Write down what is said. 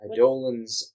Idolins